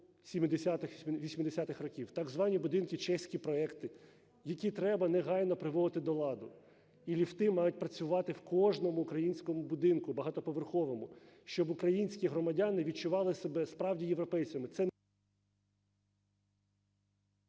так звані будинки чеські проекти, які треба негайно приводити до ладу, і ліфти мають працювати в кожному українському будинку багатоповерховому, щоб українські громадяни відчували себе справді європейцями.